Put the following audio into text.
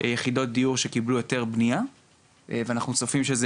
יחידות דיור שקיבלו היתר בניה ואנחנו צופים שזה